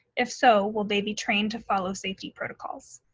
if so, will they be trained to follow safety protocols?